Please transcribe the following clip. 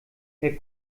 herr